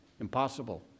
Impossible